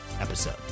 episode